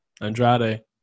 Andrade